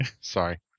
Sorry